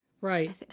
Right